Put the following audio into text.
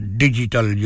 digital